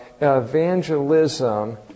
evangelism